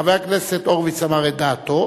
חבר הכנסת הורוביץ אמר את דעתו,